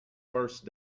first